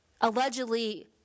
allegedly